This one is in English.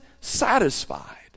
satisfied